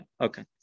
okay